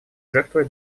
жертвой